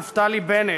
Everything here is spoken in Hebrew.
נפתלי בנט,